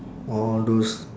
all those